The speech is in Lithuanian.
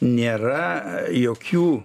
nėra jokių